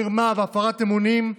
מרמה והפרת אמונים,